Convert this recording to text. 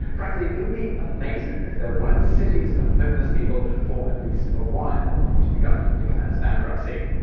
frankly, it would be amazing if there weren't cities of homeless people for at least awhile after the government declares bankruptcy.